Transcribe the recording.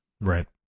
Right